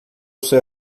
seu